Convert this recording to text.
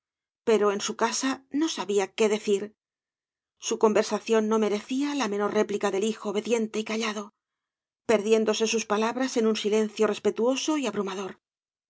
pero en su casa no sabía qué decir su conversación no merecía la menor réplica del hijo obediente y callado perdiéndose sus palabras en un silencio respetuoso y abrumador